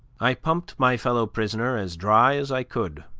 i pumped my fellow-prisoner as dry as i could,